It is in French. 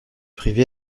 privée